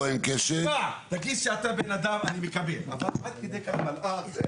נשמה, את צודקת, אבל אני גם רוצה לשרוד בחיים.